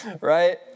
right